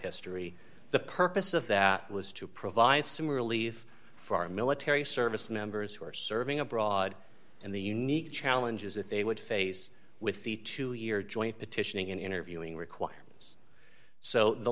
history the purpose of that was to provide some relief for our military service members who are serving abroad and the unique challenges that they would face with the two year joint petitioning and interviewing requirements so the